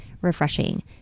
refreshing